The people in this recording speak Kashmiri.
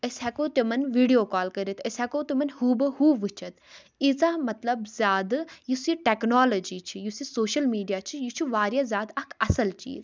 أسۍ ہیٚکو تِمَن ویڈیو کال کٔرِتھ أسۍ ہیٚکو تِمَن ہوٗ بہ ہُوٗ وُچھِتھ ییٖژاہ مطلب زیادٕ یُس یہِ ٹیٚکنالجی چھِ یُس یہِ سوشَل میڈیا چھُ یہِ چھُ واریاہ زیادٕ اَکھ اصٕل چیٖز